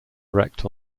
erect